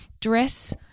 Dress